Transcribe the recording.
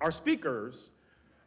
our speakers